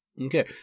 okay